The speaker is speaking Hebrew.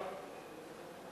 (קרן ייעודית לחינוך מכספי היטל השבחה)